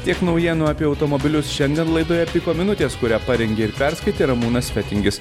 tiek naujienų apie automobilius šiandien laidoje piko minutės kurią parengė ir perskaitė ramūnas fetingis